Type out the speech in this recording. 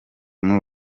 muri